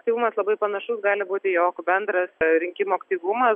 aktyvumas labai panašus gali būti jog bendras rinkimų aktyvumas